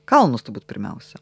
kalnus turbūt pirmiausia